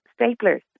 staplers